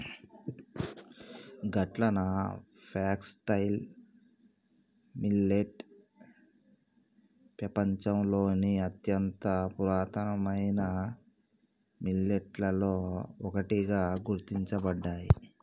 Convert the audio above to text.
గట్లన foxtail millet పెపంచంలోని అత్యంత పురాతనమైన మిల్లెట్లలో ఒకటిగా గుర్తించబడ్డాయి